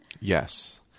Yes